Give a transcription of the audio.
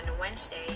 Wednesday